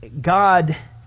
God